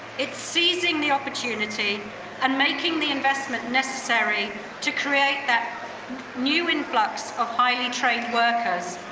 it's seizing the opportunity and making the investment necessary to create that new influx of highly trained workers.